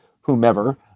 whomever